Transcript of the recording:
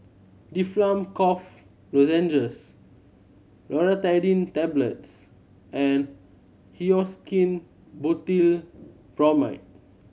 Difflam Cough Lozenges Loratadine Tablets and Hyoscine Butylbromide